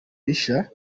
rishya